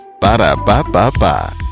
Ba-da-ba-ba-ba